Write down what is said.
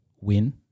win